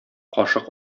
кашык